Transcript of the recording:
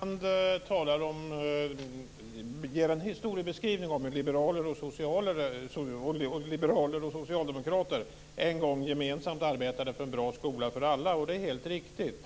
Herr talman! Bengt Silfverstrand ger en historiebeskrivning av hur liberaler och socialdemokrater en gång gemensamt arbetade för en bra skola för alla, och det är helt riktigt.